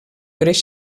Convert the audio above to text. greix